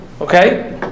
Okay